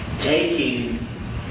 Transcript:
Taking